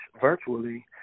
virtually